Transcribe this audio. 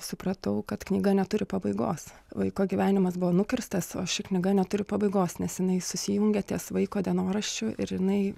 supratau kad knyga neturi pabaigos vaiko gyvenimas buvo nukirstas o ši knyga neturi pabaigos nes jinai susijungia ties vaiko dienoraščiu ir jinai